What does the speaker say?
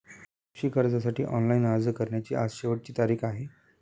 कृषी कर्जासाठी ऑनलाइन अर्ज करण्याची आज शेवटची तारीख आहे